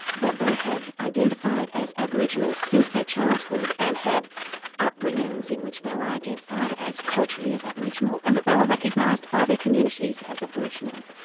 that they had identified as aboriginal since their childhood, and had upbringings in which they were identified as culturally as aboriginal, and that they were recognised by their communities as aboriginal.